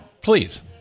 please